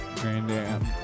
Grandam